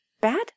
bad